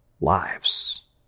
lives